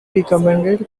recommended